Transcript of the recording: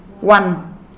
one